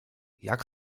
jak